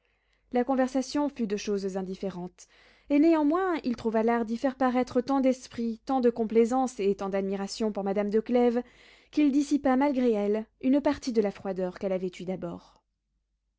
la conversation fut de choses indifférentes et néanmoins il trouva l'art d'y faire paraître tant d'esprit tant de complaisance et tant d'admiration pour madame de clèves qu'il dissipa malgré elle une partie de la froideur qu'elle avait eue d'abord